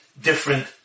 different